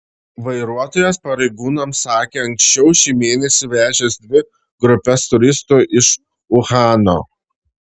vairuotojas pareigūnams sakė anksčiau šį mėnesį vežęs dvi grupes turistų iš uhano